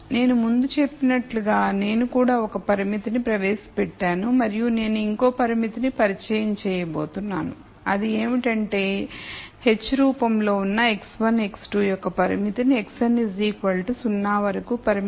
నేను ముందు చెప్పినట్లుగా నేను కూడా ఒక పరిమితిని ప్రవేశపెట్టాను మరియు నేను ఇంకో పరిమితిని పరిచయం చేయబోతున్నానుఅది ఏమిటంటే h రూపంలో ఉన్న x1 x2 యొక్క పరిమితిని xn 0 వరకు పరిమితం చేయడం